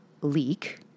leak